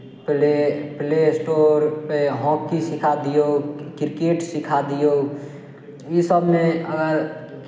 पले पले इस्टोरपे हॉकी सिखा दियौ क्रिकेट सिखा दियौ इसभमे अगर